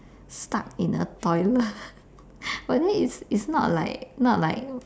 stuck in the toilet but then it's it's not like not like